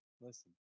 listen